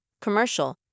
commercial